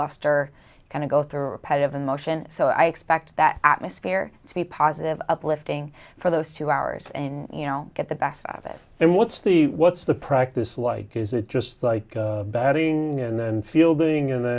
luster kind of go through repetitive emotion so i expect that atmosphere to be positive uplifting for those two hours and you know get the best of it and what's the what's the practice like is it just like batting and then fielding in